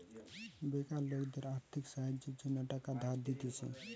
বেকার লোকদের আর্থিক সাহায্যের জন্য টাকা ধার দিতেছে